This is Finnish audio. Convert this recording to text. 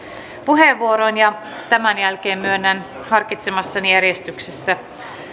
puheenvuoroin tämän jälkeen myönnän harkitsemassani järjestyksessä